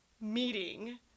meeting